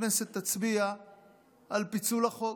הכנסת תצביע על פיצול החוק.